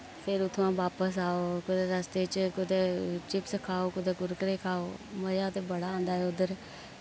फिर उत्थोआं बापस आओ कुतै रस्ते च कुतै चिप्स खाओ कुतै कुरकुरे खाओ मजा ते बड़ा औंदा ऐ उद्धर